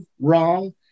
wrong